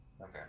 Okay